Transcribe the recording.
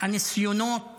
הניסיונות